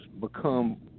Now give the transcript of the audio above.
become